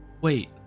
wait